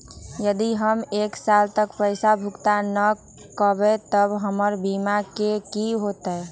यदि हम एक साल तक पैसा भुगतान न कवै त हमर बीमा के की होतै?